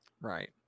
Right